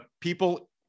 people